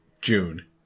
june